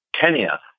Kenya